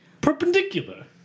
Perpendicular